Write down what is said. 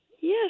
Yes